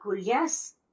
yes